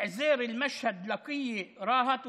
עוזייר, משהד, לקיה, רהט וזרזיר,